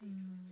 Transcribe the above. mm